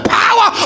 power